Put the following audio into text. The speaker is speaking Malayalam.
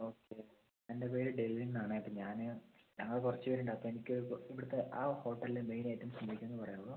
ഓക്കെ എൻ്റെ പേര് ഡെൽവിൻ എന്ന് ആണേ അപ്പം ഞാൻ ഞങ്ങൾ കുറച്ച് പേരുണ്ട് അപ്പം എനിക്ക് ഇവിടുത്തെ ആ ഹോട്ടലിലെ മെയിൻ ഐറ്റംസ് എന്തൊക്കെയാണെന്ന് പറയാമോ